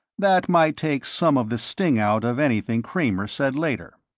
that might take some of the sting out of anything kramer said later.